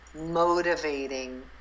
motivating